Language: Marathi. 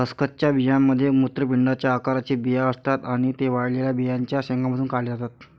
खसखसच्या बियांमध्ये मूत्रपिंडाच्या आकाराचे बिया असतात आणि ते वाळलेल्या बियांच्या शेंगांमधून काढले जातात